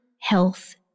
health